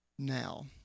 now